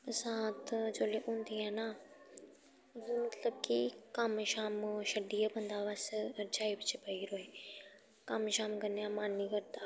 बरसांत जेल्लै होंदी ऐ ना मतलब कि कम्म शम्म छड्डियै बंदा बस रजाई बिच्च बेही रहे कम्म शम्म करने दा मन निं करदा